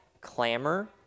clamor